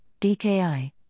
DKI